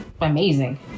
amazing